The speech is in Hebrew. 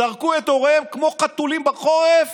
זרקו את הוריהם כמו חתולים בחורף